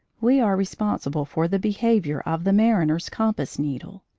we are responsible for the behaviour of the mariner's compass needle.